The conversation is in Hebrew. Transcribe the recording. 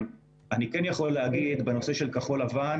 אני כן יכול להגיד בנושא של כחול-לבן